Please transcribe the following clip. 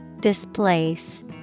Displace